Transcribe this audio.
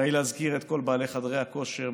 די להזכיר את כל בעלי מכוני הכושר,